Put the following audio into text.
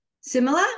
Similar